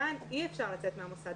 כאן אי אפשר לצאת מן המוסד.